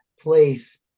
place